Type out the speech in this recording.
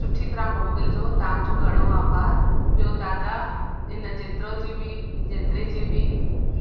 सुठी तरहां मोकिलिजो तव्हांजो घणो आभार ॿियो दादा हिन जेतिरो जी बि जेतिरे जे बि